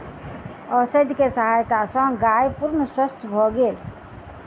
औषधि के सहायता सॅ गाय पूर्ण स्वस्थ भ गेल